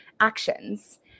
actions